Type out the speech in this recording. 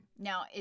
Now